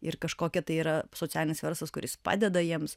ir kažkokia tai yra socialinis verslas kuris padeda jiems